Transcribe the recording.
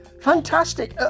Fantastic